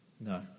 No